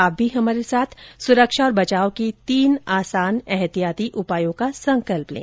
आप भी हमारे साथ सुरक्षा और बचाव के तीन आसान एहतियाती उपायों का संकल्प लें